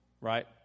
right